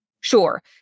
Sure